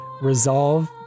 resolve